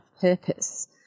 purpose